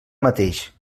mateix